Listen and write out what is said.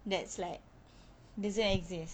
that's like doesn't exist